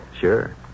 Sure